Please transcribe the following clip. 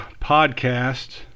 podcast